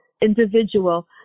individual